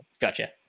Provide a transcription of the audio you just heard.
gotcha